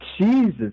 Jesus